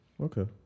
Okay